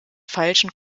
falschen